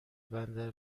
بندر